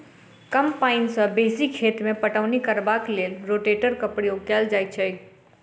कम पाइन सॅ बेसी खेत मे पटौनी करबाक लेल रोटेटरक प्रयोग कयल जाइत छै